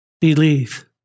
believe